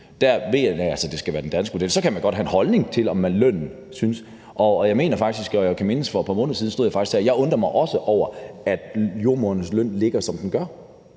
Der mener jeg altså at det skal være den danske model. Så kan man godt have en holdning til, hvad lønnen skal være. Og jeg mener faktisk at kunne mindes, at jeg for et par måneder siden faktisk stod og sagde: Jeg undrer mig også over, at jordemødrenes løn ligger, som den gør.